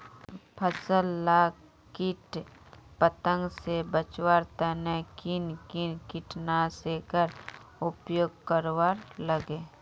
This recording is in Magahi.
फसल लाक किट पतंग से बचवार तने किन किन कीटनाशकेर उपयोग करवार लगे?